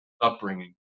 upbringing